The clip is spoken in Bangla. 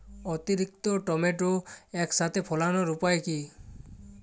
অতিরিক্ত টমেটো একসাথে ফলানোর উপায় কী?